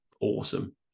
awesome